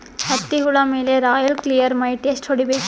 ಹತ್ತಿ ಹುಳ ಮೇಲೆ ರಾಯಲ್ ಕ್ಲಿಯರ್ ಮೈಟ್ ಎಷ್ಟ ಹೊಡಿಬೇಕು?